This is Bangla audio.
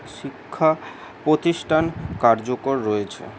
শিক্ষা প্রতিষ্ঠান কার্যকর রয়েছে